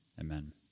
Amen